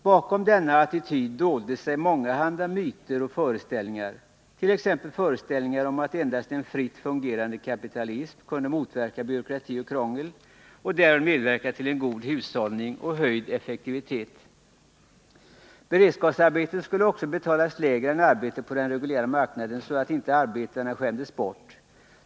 Bakom denna attityd dolde sig mångahanda myter och föreställningar, t.ex. föreställningen om att endast en fritt fungerande kapitalism kunde motverka byråkrati och krångel och därigenom medverka till god hushållning och höjd effektivitet. Beredskapsarbeten skulle också betalas lägre än arbeten på den reguljära marknaden, så att inte arbetarna skämdes bort.